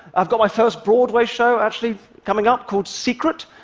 i've got my first broadway show actually coming up, called secret.